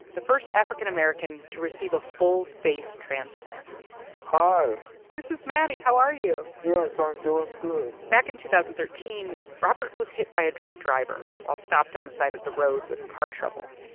the first african american to receive a full face transplant hi this is maddie. how are you? yes, i'm doing good back in two thousand and thirteen, robert was hit by a drunk driver while stopped on the side of the road with car trouble.